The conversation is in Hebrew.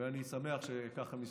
ואני שמח שכך הם הסתיימו.